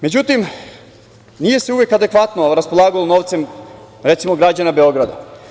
Međutim, nije se uvek adekvatno raspolagalo novcem, recimo građana Beograda.